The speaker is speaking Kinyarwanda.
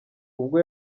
ubwo